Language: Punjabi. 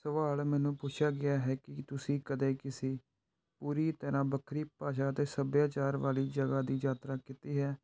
ਸਵਾਲ ਮੈਨੂੰ ਪੁੱਛਿਆ ਗਿਆ ਹੈ ਕਿ ਤੁਸੀਂ ਕਦੇ ਕਿਸੇ ਪੂਰੀ ਤਰ੍ਹਾਂ ਵੱਖਰੀ ਭਾਸ਼ਾ ਅਤੇ ਸੱਭਿਆਚਾਰ ਵਾਲੀ ਜਗ੍ਹਾ ਦੀ ਯਾਤਰਾ ਕੀਤੀ ਹੈ